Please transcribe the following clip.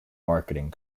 marketing